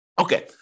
Okay